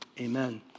amen